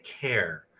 care